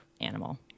animal